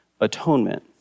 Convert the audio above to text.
atonement